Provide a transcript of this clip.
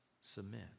submit